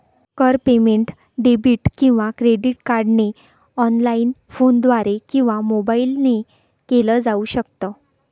कर payment debit किंवा credit कार्डने ऑनलाइन, फोनद्वारे किंवा मोबाईल ने केल जाऊ शकत